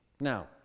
Now